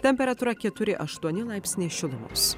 temperatūra keturi aštuoni laipsniai šilumos